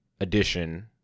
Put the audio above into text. edition